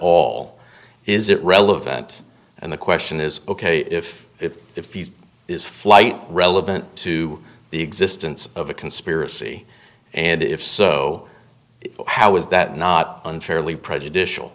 all is it relevant and the question is ok if if if he is flight relevant to the existence of a conspiracy and if so how is that not unfairly prejudicial